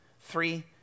Three